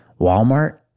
Walmart